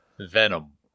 venom